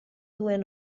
duen